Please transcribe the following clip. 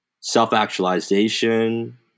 self-actualization